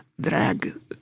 drag